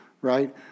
right